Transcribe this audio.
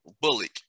Bullock